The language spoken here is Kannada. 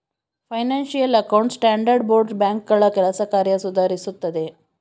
ಫೈನಾನ್ಸಿಯಲ್ ಅಕೌಂಟ್ ಸ್ಟ್ಯಾಂಡರ್ಡ್ ಬೋರ್ಡ್ ಬ್ಯಾಂಕ್ಗಳ ಕೆಲಸ ಕಾರ್ಯ ಸುಧಾರಿಸುತ್ತದೆ